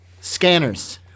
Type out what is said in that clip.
Scanners